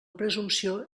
presumpció